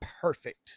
perfect